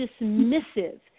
dismissive